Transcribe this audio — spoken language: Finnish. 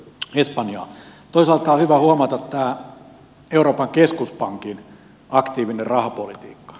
toisaalta on hyvä huomata euroopan keskuspankin aktiivinen rahapolitiikka